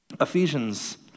Ephesians